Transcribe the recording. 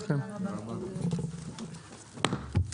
הישיבה ננעלה בשעה 09:05.